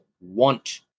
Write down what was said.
want